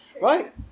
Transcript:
right